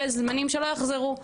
אלה זמנים שלא יחזרו.